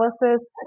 analysis